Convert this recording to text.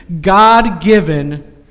God-given